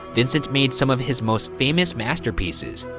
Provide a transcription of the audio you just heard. vincent made some of his most famous masterpieces.